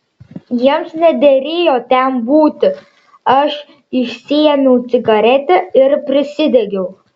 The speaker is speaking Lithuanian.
jiems nederėjo ten būti aš išsiėmiau cigaretę ir prisidegiau